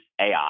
AI